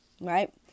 right